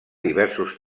diversos